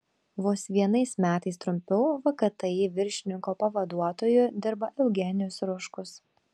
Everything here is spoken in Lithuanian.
vos vienais metais trumpiau vkti viršininko pavaduotoju dirba eugenijus ruškus